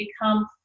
become